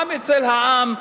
גם אצל העם,